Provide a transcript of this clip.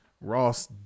Ross